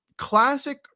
classic